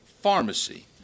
pharmacy